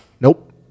nope